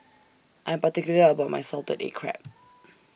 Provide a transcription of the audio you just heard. I'm particular about My Salted Egg Crab